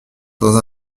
dans